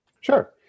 Sure